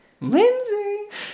Lindsay